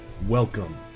Welcome